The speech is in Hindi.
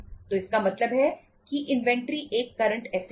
तो इसका मतलब है कि इन्वेंट्री एक करंट ऐसेट है